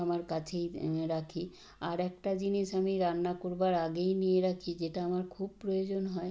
আমার কাছেই রাখি আর একটা জিনিস আমি রান্না করবার আগেই নিয়ে রাখি যেটা আমার খুব প্রয়োজন হয়